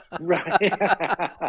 Right